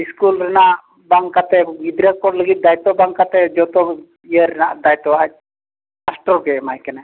school ᱨᱮᱱᱟᱜ ᱵᱟᱝ ᱠᱟᱛᱮᱫ ᱜᱤᱫᱽᱨᱟᱹ ᱠᱚ ᱞᱟᱹᱜᱤᱫ ᱫᱟᱭᱤᱛᱛᱚ ᱵᱟᱝ ᱠᱟᱛᱮᱫ ᱡᱚᱛᱚ ᱤᱭᱟᱹ ᱨᱮᱱᱟᱜ ᱫᱟᱭᱤᱛᱛᱚ ᱟᱡ ᱠᱚᱥᱴᱚ ᱜᱮ ᱮᱢᱟᱭ ᱠᱟᱱᱟᱭ